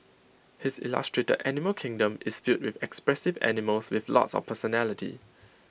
his illustrated animal kingdom is filled with expressive animals with lots of personality